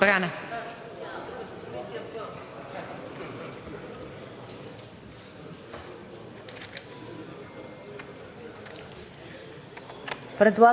Благодаря